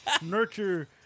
nurture